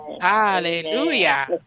Hallelujah